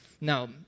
Now